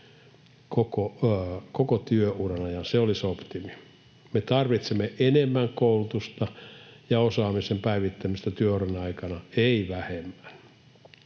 koko työuran ajan, se olisi optimi. Me tarvitsemme enemmän koulutusta ja osaamisen päivittämistä työuran aikana, emme vähemmän.